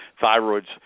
Thyroid's